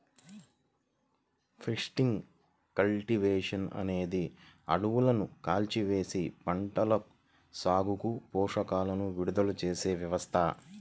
shifting cultivation అనేది అడవులను కాల్చివేసి, పంటల సాగుకు పోషకాలను విడుదల చేసే వ్యవస్థ